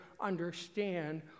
understand